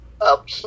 up